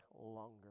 longer